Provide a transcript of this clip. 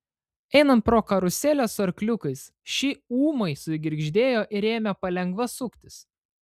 einant pro karuselę su arkliukais ši ūmai sugirgždėjo ir ėmė palengva suktis